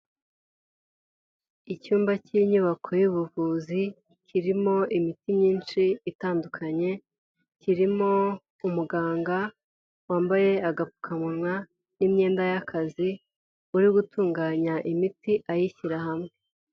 Icyumba cy'inyubako y'ubuvuzi kirimo imiti myinshi itandukanye, kirimo umuganga wambaye agapfukamunwa n'imyenda y'akazi uri gutunganya imiti ayishyira hamwe.